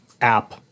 app